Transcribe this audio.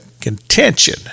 contention